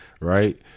right